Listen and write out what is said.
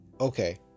Okay